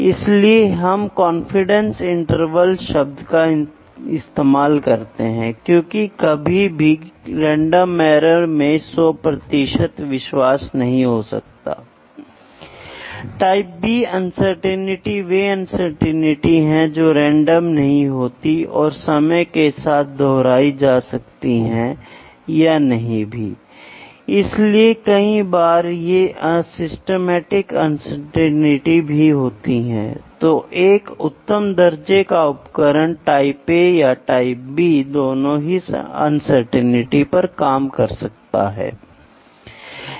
तो पूरी प्रक्रिया के चयन के लिए भी माप बहुत महत्वपूर्ण है फिर हमने मापों को वर्गीकृत किया फिर माप के विभिन्न तरीकों को हमने देखा और अंत में हमने माप के लेवल को देखा जिसमें हमने प्राइमरी सेकेंड्री और टर्टियरी को देखा जहां डेटा को बदला गया है और फिर आप इसे वास्तविक मूल्य प्राप्त करने के लिए परिवर्तित करते हैं आप डेटा प्राप्त करने का प्रयास करते हैं आप अंतिम डेटा प्राप्त करने का प्रयास करते हैं जो ग्राहक द्वारा पठनीय है